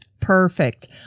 Perfect